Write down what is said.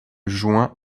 juin